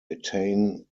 attain